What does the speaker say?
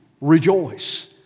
rejoice